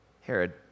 Herod